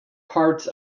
parts